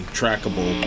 trackable